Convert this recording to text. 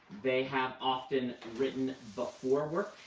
they have often written before work,